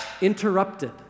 interrupted